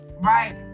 right